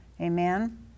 Amen